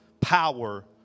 power